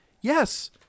Yes